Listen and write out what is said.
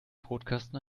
brotkasten